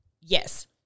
Yes